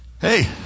Hey